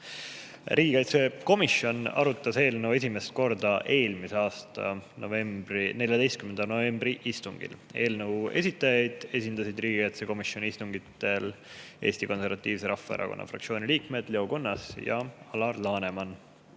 Riigikaitsekomisjon arutas eelnõu esimest korda eelmise aasta 14. novembri istungil. Eelnõu esitajaid esindasid riigikaitsekomisjoni istungitel Eesti Konservatiivse Rahvaerakonna fraktsiooni liikmed Leo Kunnas ja Alar Laneman,